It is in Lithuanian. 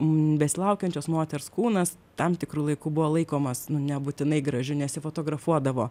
besilaukiančios moters kūnas tam tikru laiku buvo laikomas nu nebūtinai gražiu nesifotografuodavo